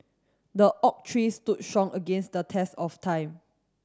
the oak tree stood strong against the test of time